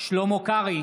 שלמה קרעי,